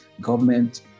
government